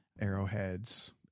Arrowheads